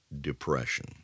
depression